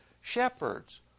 shepherds